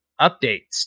updates